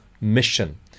mission